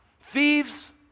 thieves